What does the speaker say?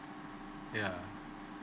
yeah